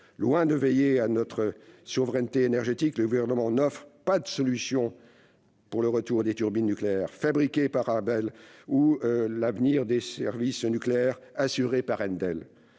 Loin de veiller à notre souveraineté énergétique, le Gouvernement n'offre pas de solutions pour le retour des turbines nucléaires, fabriquées par Arabelle, ou l'avenir des services nucléaires, assurés par Endel.